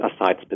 aside